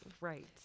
right